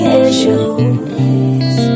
issues